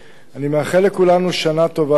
אני מאחל לכולנו שנה טובה יותר,